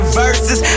verses